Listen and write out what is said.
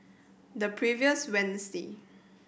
the previous Wednesday